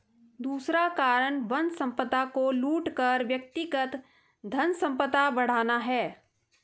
दूसरा कारण वन संपदा को लूट कर व्यक्तिगत धनसंपदा बढ़ाना है